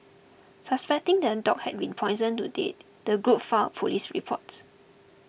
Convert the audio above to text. suspecting that the dog had been poisoned to dead the group filed a police report